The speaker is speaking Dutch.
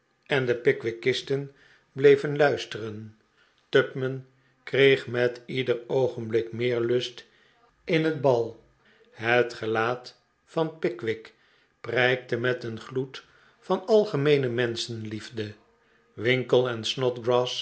en de pickwick isten bleven luisteren tupman kreeg met ieder oogenblik meer lust in het bal het gelaat van pickwick prijkte met een gloed van algemeene menschenliefde winkle en